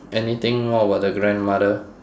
anything what about the grandmother